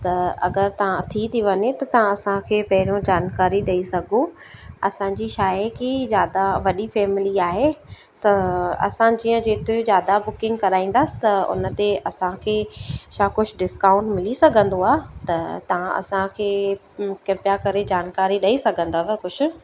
त अगरि तव्हां थी थी वञे त तव्हां असांखे पहिरियों जानकारी ॾेई सघो असांजी छा आहे की ज़्यादा वॾी फैमिली आहे त असां जीअं जेतिरियूं ज़्यादा बुकिंग कराईंदासि त उन ते असांखे छा कुझु डिस्काउंट मिली सघंदो आहे त तव्हां असांखे कृप्या करे जानकारी ॾेई सघंदव कुझु